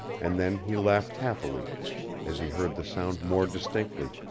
and then he laughed happily as he heard the sound more distinctly.